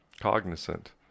cognizant